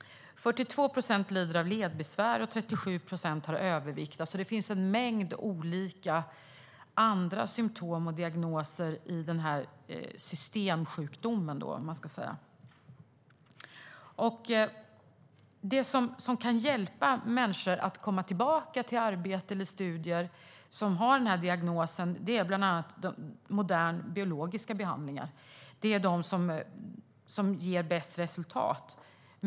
42 procent lider av ledbesvär, och 37 procent har övervikt. Det finns alltså en mängd olika andra symtom och diagnoser i den här systemsjukdomen, som man kan kalla det. Det som kan hjälpa människor som har den här diagnosen att komma tillbaka till arbete och studier är bland annat moderna biologiska behandlingar. Det är de som ger bäst resultat.